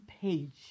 page